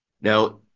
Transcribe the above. Now